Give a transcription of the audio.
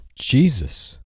Jesus